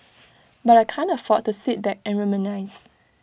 but I can't afford to sit back and reminisce